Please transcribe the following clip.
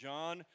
John